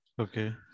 Okay